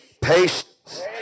patience